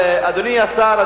אדוני השר,